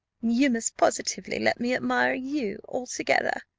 you must positively let me admire you altogether,